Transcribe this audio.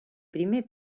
primer